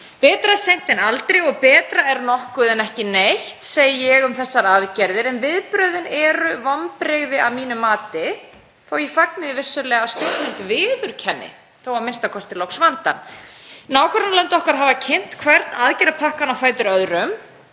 Betra seint en aldrei og betra er nokkuð en ekki neitt, segi ég um þessar aðgerðir, en viðbrögðin eru vonbrigði að mínu mati þó að ég fagni því vissulega að stjórnvöld viðurkenni þó a.m.k. loks vandann. Nágrannalönd okkar hafa kynnt hvern aðgerðapakkann á fætur öðrum